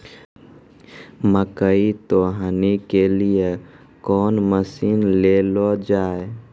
मकई तो हनी के लिए कौन मसीन ले लो जाए?